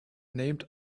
named